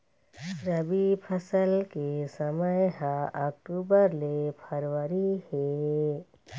रबी फसल के समय ह अक्टूबर ले फरवरी हे